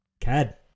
Cad